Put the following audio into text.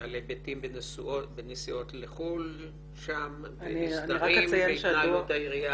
ועל היבטים בנסיעות לחו"ל שם ועל אי סדרים בהתנהלות העירייה.